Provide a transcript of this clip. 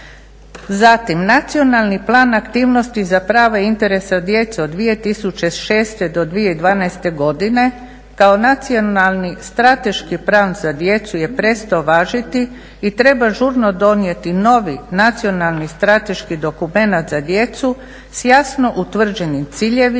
Zatim, Nacionalni plan aktivnosti za prava i interese djece od 2006. do 2012. godine kao Nacionalni strateški plan za djecu je prestao važiti i treba žurno donijeti novi Nacionalni strateški dokumenat za djecu s jasno utvrđenim ciljevima,